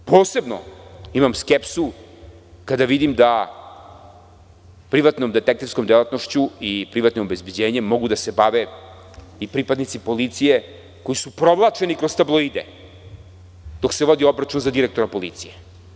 Posebno imam skepsu kada vidim da privatnom detektivskom delatnošću i privatnim obezbeđenjem mogu da se bave i pripadnici policije koji su provlačeni kroz tabloide, dok se vodi obračun za direktora policije.